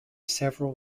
several